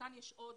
שכאן יש עוד